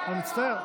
אני מצטער.